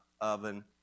oven